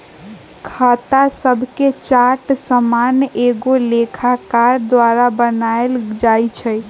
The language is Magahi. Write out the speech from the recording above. खता शभके चार्ट सामान्य एगो लेखाकार द्वारा बनायल जाइ छइ